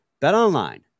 BetOnline